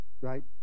right